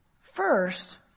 First